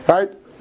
Right